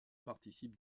participe